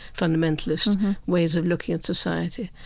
fundamentalist ways of looking at society.